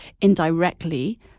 indirectly